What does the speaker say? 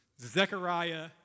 Zechariah